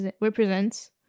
represents